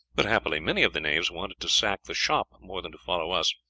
but happily many of the knaves wanted to sack the shop more than to follow us,